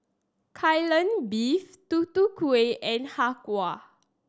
Kai Lan Beef Tutu Kueh and Har Kow